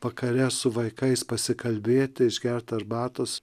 vakare su vaikais pasikalbėti išgert arbatos